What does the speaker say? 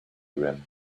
rim